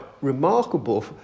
remarkable